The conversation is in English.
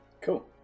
Cool